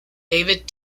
david